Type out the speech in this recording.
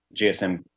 GSM